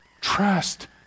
Trust